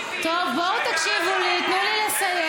טוב, בואו תקשיבו לי, תנו לי לסיים.